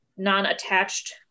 non-attached